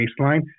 baseline